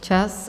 Čas.